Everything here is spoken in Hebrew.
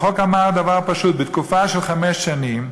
החוק אמר דבר פשוט: בתקופה של חמש שנים,